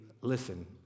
Listen